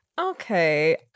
Okay